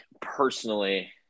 personally